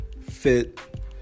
fit